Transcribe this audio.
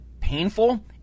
painful